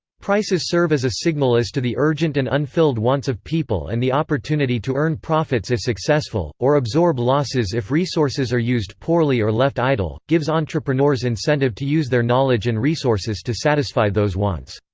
prices serve as a signal as to the urgent and unfilled wants of people and the opportunity to earn profits if successful, or absorb losses if resources are used poorly or left idle, gives entrepreneurs incentive to use their knowledge and resources to satisfy those wants.